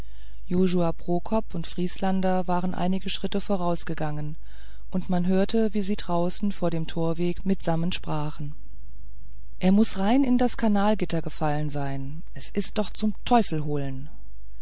prokop und vrieslander waren einige schritte vorausgegangen und man hörte wie sie draußen vor dem torweg mitsammen sprachen er muß rein in das kanalgitter gefallen sein es ist doch zum teufelholen